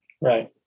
Right